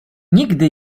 nigdy